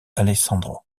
alessandro